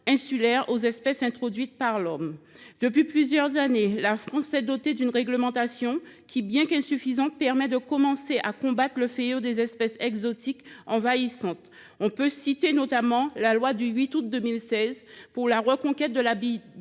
insulaires aux espèces introduites par l’homme. Depuis plusieurs années, la France s’est dotée d’une réglementation qui, bien qu’insuffisante, permet de commencer à combattre le fléau des espèces exotiques envahissantes. On peut citer, notamment, la loi du 8 août 2016 pour la reconquête de la biodiversité,